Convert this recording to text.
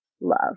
love